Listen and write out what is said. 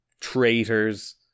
traitors